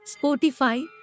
Spotify